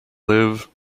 live